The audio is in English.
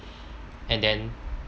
and then